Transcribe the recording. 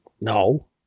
no